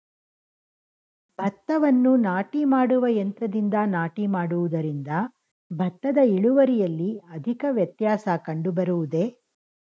ಭತ್ತವನ್ನು ನಾಟಿ ಮಾಡುವ ಯಂತ್ರದಿಂದ ನಾಟಿ ಮಾಡುವುದರಿಂದ ಭತ್ತದ ಇಳುವರಿಯಲ್ಲಿ ಅಧಿಕ ವ್ಯತ್ಯಾಸ ಕಂಡುಬರುವುದೇ?